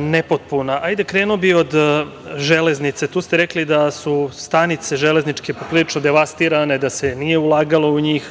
nepotpuna. Krenuo bio od železnice. Tu ste rekli da su stanice železničke poprilično devastirane, da se nije ulagalo u njih,